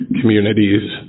communities